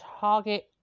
target